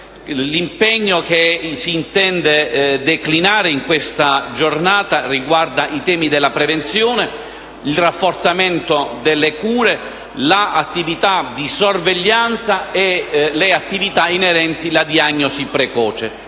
L'impegno che si intende declinare in questa Giornata riguarda i temi della prevenzione, del rafforzamento delle cure, dell'attività di sorveglianza e delle attività inerenti la diagnosi precoce.